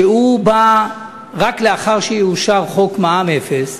שבא רק לאחר שיאושר חוק מע"מ אפס,